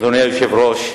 אדוני היושב-ראש,